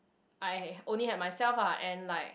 I only had myself ah and like